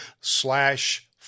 slash